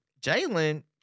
Jalen